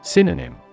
Synonym